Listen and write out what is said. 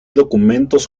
documentos